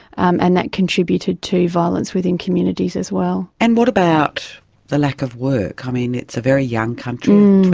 um and that contributed to violence within communities as well. and what about the lack of work? i mean, it's a very young country,